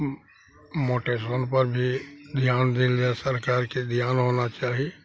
हूँ मोटेशनपर जे ध्यान देल जाइ सरकारके ध्यान होना चाही